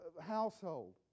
household